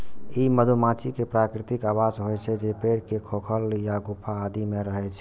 ई मधुमाछी के प्राकृतिक आवास होइ छै, जे पेड़ के खोखल या गुफा आदि मे रहै छै